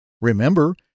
Remember